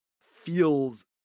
feels